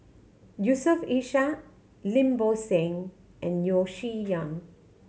Yusof Ishak Lim Bo Seng and Yeo Shih Yun